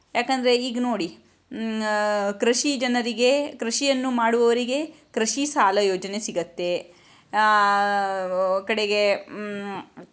ಯಾಕೆಂದ್ರೆ ಈಗ ನೋಡಿ ಕೃಷಿ ಜನರಿಗೆ ಕೃಷಿಯನ್ನು ಮಾಡುವವರಿಗೆ ಕೃಷಿ ಸಾಲ ಯೋಜನೆ ಸಿಗತ್ತೆ ಕಡೆಗೆ